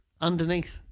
Underneath